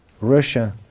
Russia